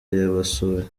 yabasuye